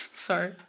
Sorry